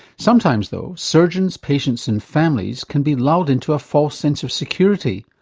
sometimes though, surgeons, patients and families can be lulled into a false sense of security,